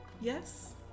Yes